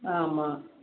ஆமாம்